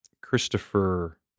Christopher